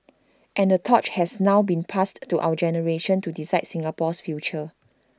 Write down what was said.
and the torch has now been passed to our generation to decide Singapore's future